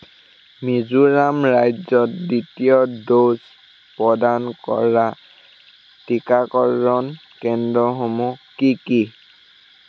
মিজোৰাম ৰাজ্যত দ্বিতীয় ড'জ প্ৰদান কৰা টীকাকৰণ কেন্দ্ৰসমূহ কি কি